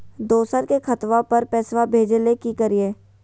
दोसर के खतवा पर पैसवा भेजे ले कि करिए?